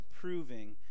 proving